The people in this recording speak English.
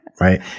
right